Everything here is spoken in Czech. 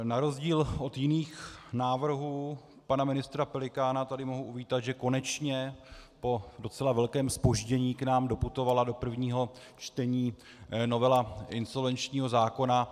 Na rozdíl od jiných návrhů pana ministra Pelikána tady mohu uvítat, že konečně po docela velkém zpoždění k nám doputovala do prvního čtení novela insolvenčního zákona.